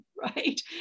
right